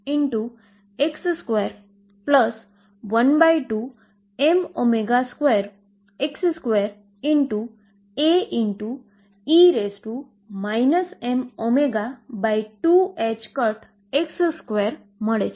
અને આ એનર્જી એ છે કે જે હું સ્ટેશનરી એનર્જી એ આઈગન એનર્જી તરીકે દેખાય છે